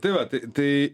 tai vat tai tai